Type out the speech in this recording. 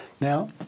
Now